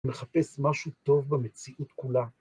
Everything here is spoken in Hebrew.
לחפש משהו טוב במציאות כולה.